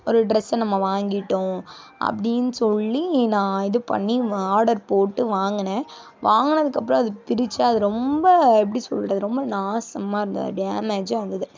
ஒரு ட்ரெஸ்ஸை நம்ம வாங்கிட்டோம் அப்படின்னு சொல்லி நான் இது பண்ணி ஆர்டர் போட்டு வாங்கினேன் வாங்கினதுக்கப்பறம் அதை பிரித்தா அது ரொம்ப எப்படி சொல்கிறது ரொம்ப நாசமாக இருந்தது டேமேஜாக இருந்தது